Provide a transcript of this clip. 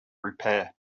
repair